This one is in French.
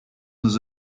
nos